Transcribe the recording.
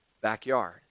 backyard